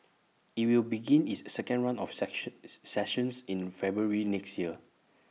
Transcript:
IT will begin its second run of sections sessions in February next year